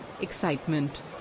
excitement